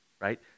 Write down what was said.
right